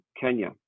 Kenya